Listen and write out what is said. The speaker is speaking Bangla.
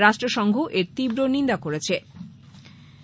রাষ্ট্রসংঘ এর তীব্র নিন্দা করেছে